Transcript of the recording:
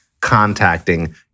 contacting